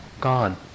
Gone